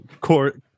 core